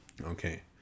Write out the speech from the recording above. Okay